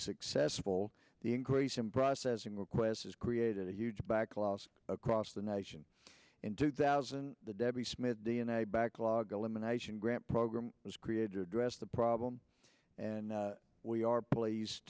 successful the increase in processing requests has created a huge backlog across the nation in two thousand the debbie smith d n a backlog elimination grant program was created to address the problem and we are pleased